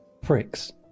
pricks